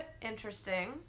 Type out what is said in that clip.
interesting